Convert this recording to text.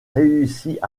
réussit